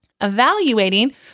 Evaluating